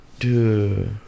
Dude